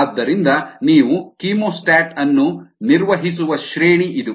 ಆದ್ದರಿಂದ ನೀವು ಕೀಮೋಸ್ಟಾಟ್ ಅನ್ನು ನಿರ್ವಹಿಸುವ ಶ್ರೇಣಿ ಇದು